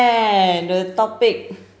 the topic